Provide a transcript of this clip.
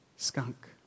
Skunk